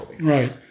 Right